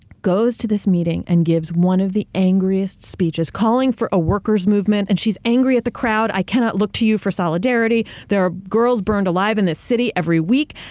goes to this meeting, and gives one of the angriest speeches calling for a workers' movement. and she's angry at the crowd. i cannot look to you for solidarity. there are girls burned alive in this city every week.